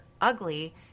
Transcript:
ugly